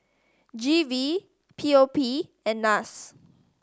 G V P O P and NAS